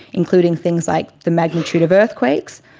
including things like the magnitude of earthquakes,